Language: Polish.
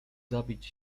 zabić